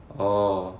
orh